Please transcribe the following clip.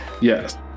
yes